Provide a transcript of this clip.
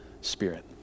Spirit